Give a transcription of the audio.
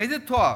איזה תואר?